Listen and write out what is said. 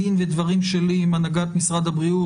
בדין ודברים שלי עם הנהגת משרד הבריאות,